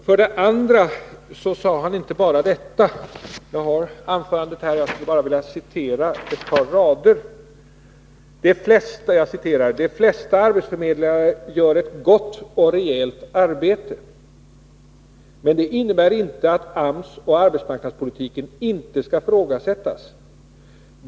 För det andra sade Ulf Adelsohn inte bara detta. Jag har hans anförande här och vill citera ett par rader: ”De flesta arbetsförmedlare gör ett gott och rejält arbete. Men det innebär inte att AMS och arbetsmarknadspolitiken inte skall ifrågasättas.